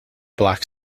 black